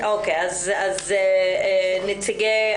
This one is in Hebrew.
נציגי